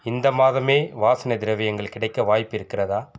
இந்த மாதமே வாசனை திரவியங்கள் கிடைக்க வாய்ப்பு இருக்கிறதா